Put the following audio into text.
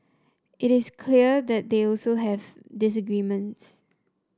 it is clear that they also have disagreements